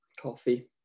Coffee